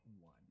One